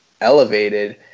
elevated